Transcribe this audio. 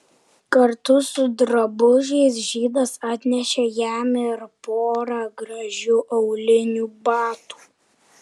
kartu su drabužiais žydas atnešė jam ir porą gražių aulinių batų